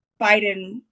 Biden